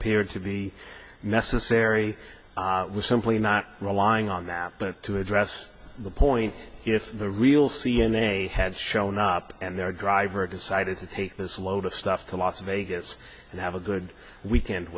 appear to be necessary was simply not relying on that but to address the point if the real c n a had shown up and their driver decided to take this load of stuff to las vegas and have a good weekend